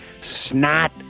snot